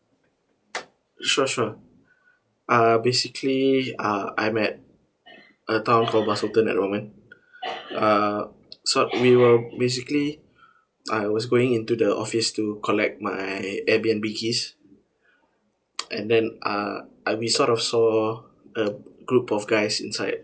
sure sure uh basically uh I'm at a town called basu khan at the moment uh so we were basically I was going into the office to collect my Airbnb keys and then uh and we sort of saw a group of guys inside